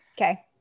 Okay